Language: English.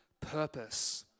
purpose